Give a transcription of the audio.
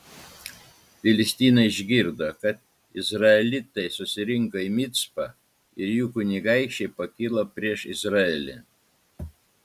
filistinai išgirdo kad izraelitai susirinko į micpą ir jų kunigaikščiai pakilo prieš izraelį